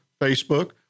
Facebook